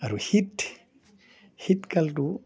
আৰু শীত শীতকালটো